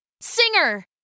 Singer